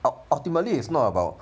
ultimately it's not about